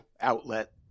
outlet